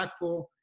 impactful